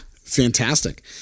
Fantastic